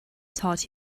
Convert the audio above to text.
taught